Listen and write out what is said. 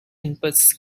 inputs